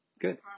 Good